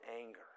anger